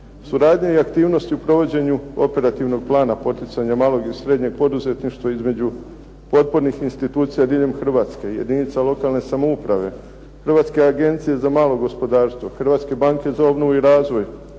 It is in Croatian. Suradnja i aktivnosti u provođenju operativnog plana poticanja malog i srednjeg poduzetništva između potpornih institucija diljem Hrvatske, jedinica lokalne samouprave, Hrvatske agencije za malo gospodarstvo, Hrvatske banke za obnovu i razvoj,